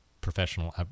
professional